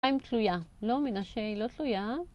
M תלויה. לא מנשה, היא לא תלויה.